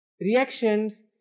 Reactions